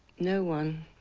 no one